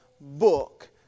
book